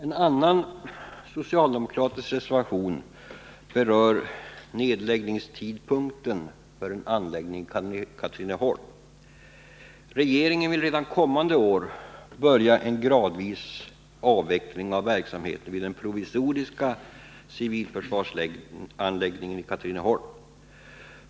En annan socialdemokratisk reservation berör tidpunkten för nedläggning av en anläggning i Katrineholm. Regeringen vill redan kommande år påbörja en gradvis avveckling av verksamheten vid den provisoriska civilförsvarsan läggningen i Katrineholm.